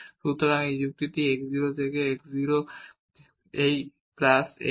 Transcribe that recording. সুতরাং এখানে এই যুক্তিটি x 0 থেকে এই x 0 প্লাস h হবে